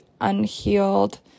unhealed